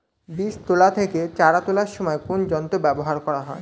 বীজ তোলা থেকে চারা তোলার সময় কোন যন্ত্র ব্যবহার করা হয়?